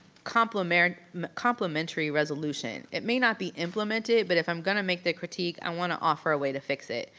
complementary complementary resolution. it may not be implemented, but if i'm gonna make the critique, i wanna offer a way to fix it.